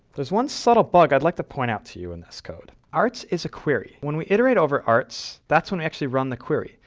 there's one subtle bug i'd like to point out to you in this code. arts is a query. when we iterate over arts, that's when we actually run the query.